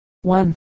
One